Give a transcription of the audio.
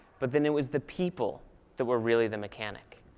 but then it was the people that were really the mechanic.